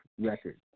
record